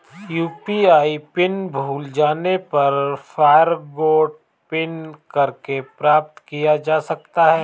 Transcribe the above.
UPI pin भूल जाने पर फ़ॉरगोट पिन करके प्राप्त किया जा सकता है